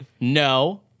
No